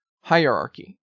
Hierarchy